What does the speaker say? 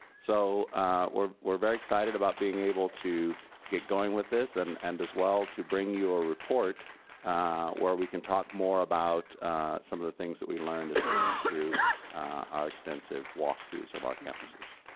so we're we're very excited about being able to get going with this and and as well to bring you a report where we can talk more about some of the things that we learned through our extensive walkthroughs of our campuses.